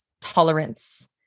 tolerance